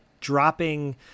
dropping